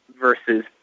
versus